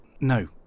No